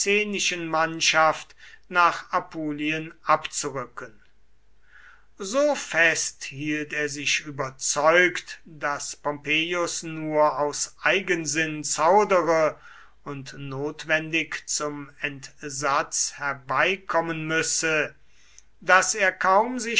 mannschaft nach apulien abzurücken so fest hielt er sich überzeugt daß pompeius nur aus eigensinn zaudere und notwendig zum entsatz herbeikommen müsse daß er kaum